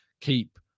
keep